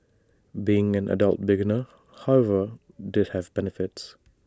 being an adult beginner however did have benefits